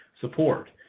support